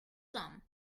some